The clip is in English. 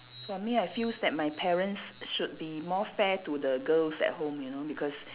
for me I feels that my parents should be more fair to the girls at home you know because